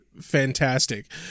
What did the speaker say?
fantastic